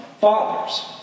fathers